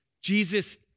Jesus